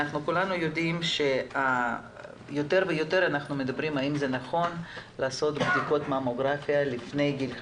אנחנו מדברים יותר ויותר האם נכון לעשות בדיקות ממוגרפיה לפני גיל 50,